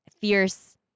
fierce